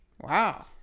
Wow